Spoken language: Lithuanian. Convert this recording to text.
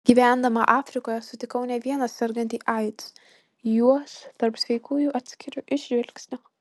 gyvendama afrikoje sutikau ne vieną sergantį aids juos tarp sveikųjų atskiriu iš žvilgsnio